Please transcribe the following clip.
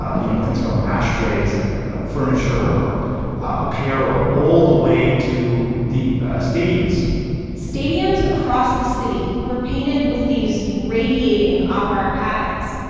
ah you know things from ashtrays and furniture or apparel all the way to the stadiums stadiums across the city were painted with these radiating op art patterns.